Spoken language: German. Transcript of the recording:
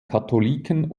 katholiken